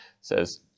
says